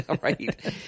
Right